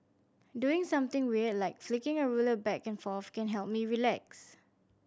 doing something weird like flicking a ruler back and forth can help me relax